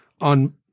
on